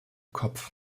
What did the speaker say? kopf